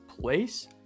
place